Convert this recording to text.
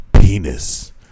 penis